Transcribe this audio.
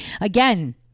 again